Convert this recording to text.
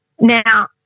Now